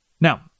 Now